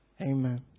amen